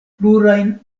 plurajn